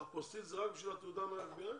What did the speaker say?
האפוסטיל היא רק בשביל התעודה מה-FBI?